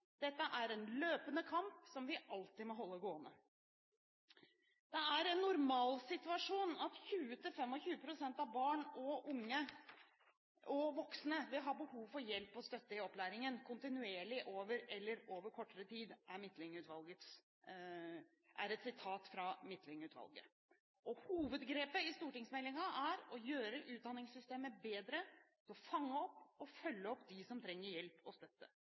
Dette er en løpende kamp som vi alltid må holde gående. Det er en normalsituasjon at 20–25 prosent av barn, unge og voksne vil ha behov for hjelp og støtte i opplæringen, kontinuerlig eller over kortere tid – slik konkluderer Midtlyng-utvalget. Hovedgrepet i stortingsmeldingen er å gjøre utdanningssystemet bedre når det gjelder å fange opp og følge opp dem som trenger hjelp og støtte.